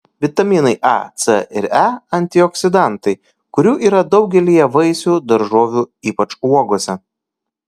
vitaminai a c ir e antioksidantai kurių yra daugelyje vaisių daržovių ypač uogose